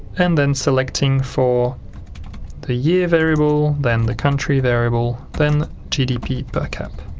and then selecting for the year variable, then the country variable, then gdppercap.